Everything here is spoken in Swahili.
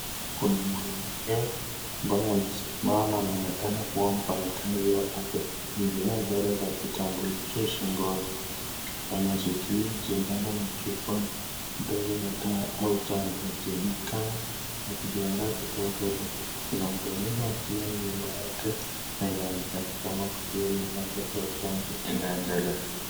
Kuna mwanamke ambaye amesimama anaonekana kwamba ni mfanyikazi kwa kitambulisho shingoni anashikilia sindano na chupa ya dawa au dawa za kienyeji inaonekana anajiandaa kutoa Huduma katika nyumba yake chanjo inaendelea.